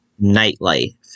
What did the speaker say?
Nightlife